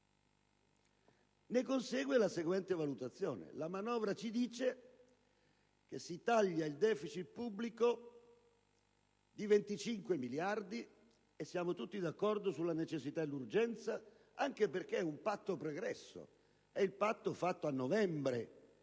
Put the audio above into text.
ciò consegue la seguente valutazione; la manovra ci dice che si taglia il *deficit* pubblico di 25 miliardi, e siamo tutti d'accordo sulla necessità e l'urgenza, anche perché è un patto pregresso, fatto a novembre